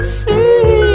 see